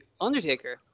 Undertaker